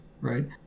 right